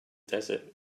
desert